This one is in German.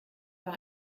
war